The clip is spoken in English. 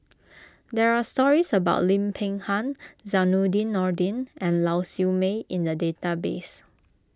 there are stories about Lim Peng Han Zainudin Nordin and Lau Siew Mei in the database